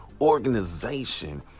organization